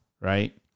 right